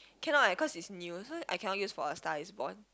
cannot eh cause is new so I cannot use for a Star Is Born